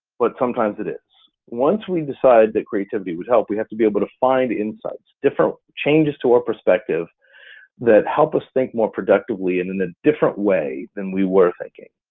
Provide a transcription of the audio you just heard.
but sometimes it is. once we decide that creativity would help, we have to be able to find insights, different changes to our perspective that help us think more productively and in a different way, than we were thinking.